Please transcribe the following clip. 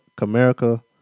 Comerica